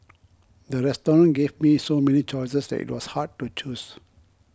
the restaurant gave me so many choices that it was hard to choose